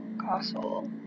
castle